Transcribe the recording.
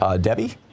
Debbie